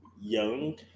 Young